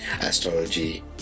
astrology